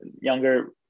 younger